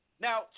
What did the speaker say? Now